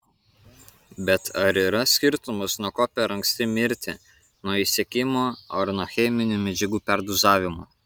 bet ar yra skirtumas nuo ko per anksti mirti nuo išsekimo ar nuo cheminių medžiagų perdozavimo